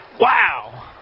Wow